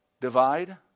Divide